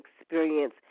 experience